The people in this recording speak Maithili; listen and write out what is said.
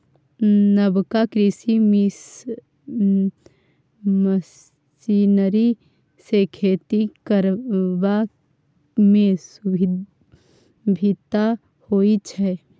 नबका कृषि मशीनरी सँ खेती करबा मे सुभिता होइ छै